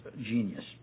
genius